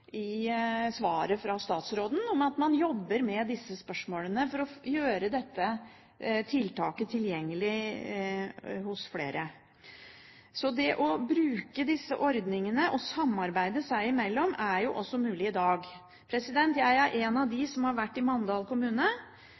i svaret fra statsråden at man jobber med å gjøre dette tiltaket tilgjengelig hos flere. Så det å bruke disse ordningene og samarbeide seg imellom er også mulig i dag. Jeg er en av dem som har vært i Mandal kommune.